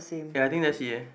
yeah I think that's yeah